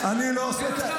אני לא עושה.